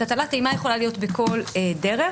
הטלת אימה יכולה להיות בכל דרך,